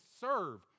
serve